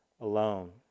alone